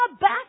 back